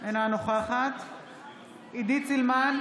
אינה נוכחת עידית סילמן,